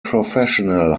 professional